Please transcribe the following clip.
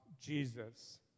Jesus